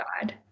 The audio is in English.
God